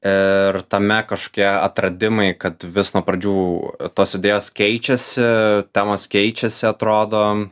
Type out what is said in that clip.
ir tame kažkokie atradimai kad vis nuo pradžių tos idėjos keičiasi temos keičiasi atrodo